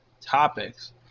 topics